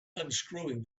unscrewing